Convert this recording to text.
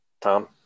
Tom